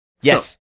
Yes